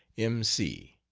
m c.